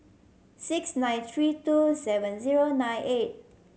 six nine three two seven zero nine eight